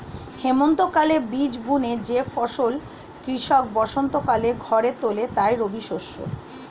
হেমন্তকালে বীজ বুনে যে ফসল কৃষক বসন্তকালে ঘরে তোলে তাই রবিশস্য